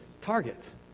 targets